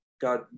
God